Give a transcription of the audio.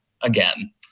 again